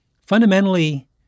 fundamentally